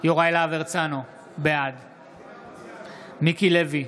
יוראי להב הרצנו, בעד מיקי לוי,